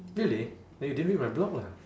really then you didn't read my blog lah